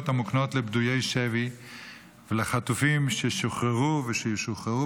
המוקנות לפדויי שבי ולחטופים ששוחררו ושישוחררו,